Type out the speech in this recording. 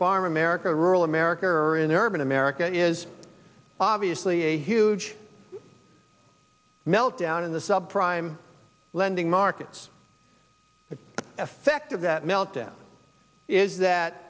farm america rural america or in urban america is obviously a huge meltdown in the subprime lending markets effect of that meltdown is that